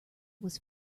was